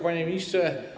Panie Ministrze!